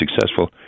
successful